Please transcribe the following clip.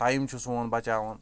time چھِ سون بَچاوان